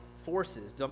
forces